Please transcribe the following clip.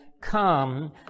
come